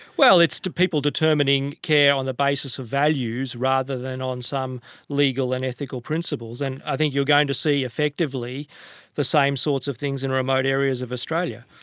well, it's people determining care on the basis of values rather than on some legal and ethical principles, and i think you're going to see effectively the same sorts of things in remote areas of australia.